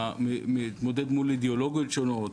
מתמודד מול אידיאולוגיות שונות,